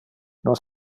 nos